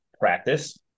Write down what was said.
practice